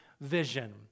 vision